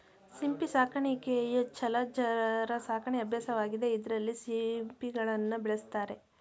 ಸಿಂಪಿ ಸಾಕಾಣಿಕೆಯು ಜಲಚರ ಸಾಕಣೆ ಅಭ್ಯಾಸವಾಗಿದೆ ಇದ್ರಲ್ಲಿ ಸಿಂಪಿಗಳನ್ನ ಬೆಳೆಸ್ತಾರೆ